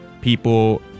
people